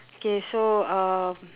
okay so um